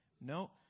No